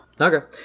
Okay